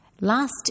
Last